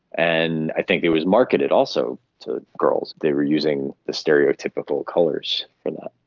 and i think it was marketed also to girls, they were using the stereotypical colours for that.